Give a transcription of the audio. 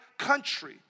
Country